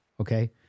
Okay